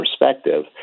perspective